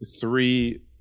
three